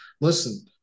Listen